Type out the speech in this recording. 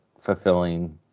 fulfilling